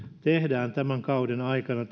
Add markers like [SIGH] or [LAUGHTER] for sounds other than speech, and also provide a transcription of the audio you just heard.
tehdään tämän kauden aikana [UNINTELLIGIBLE]